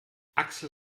axel